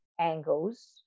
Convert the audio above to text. angles